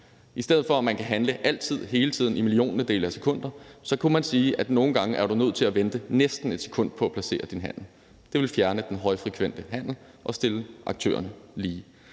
tiden og kan gøre det i milliontedele af et sekund, så kunne man sige, at man nogle gange er nødt til at vente næsten et sekund på at placere sin handel. Det ville fjerne den højfrekvente handel og stille aktørerne lige.